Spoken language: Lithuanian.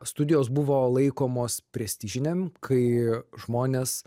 studijos buvo laikomos prestižinėm kai žmonės